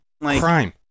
Crime